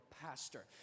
pastor